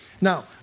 Now